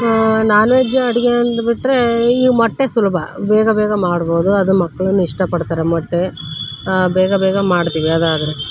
ನಾನ್ veg ಅಡುಗೆ ಅಂದುಬಿಟ್ರೆ ಈ ಮೊಟ್ಟೆ ಸುಲಭ ಬೇಗ ಬೇಗ ಮಾಡ್ಬೋದು ಅದು ಮಕ್ಳೂ ಇಷ್ಟಪಡ್ತಾರೆ ಮೊಟ್ಟೆ ಬೇಗ ಬೇಗ ಮಾಡ್ತೀವಿ ಅದಾದರೆ